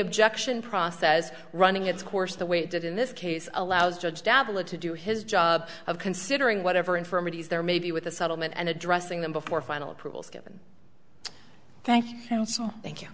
objection process running its course the way it did in this case allows judge dabbler to do his job of considering whatever infirmities there may be with the settlement and addressing them before final approval is given thank you thank you